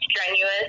strenuous